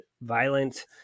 violent